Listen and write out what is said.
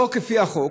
לא לפי החוק,